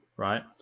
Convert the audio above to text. Right